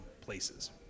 places